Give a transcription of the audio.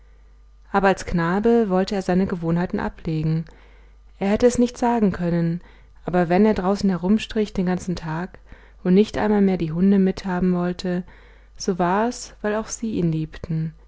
aber als knabe wollte er seine gewohnheiten ablegen er hätte es nicht sagen können aber wenn er draußen herumstrich den ganzen tag und nicht einmal mehr die hunde mithaben wollte so wars weil auch sie ihn liebten